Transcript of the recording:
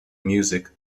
music